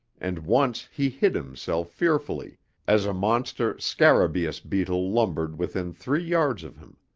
and once he hid himself fearfully as a monster scarabeus beetle lumbered within three yards of him,